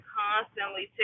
constantly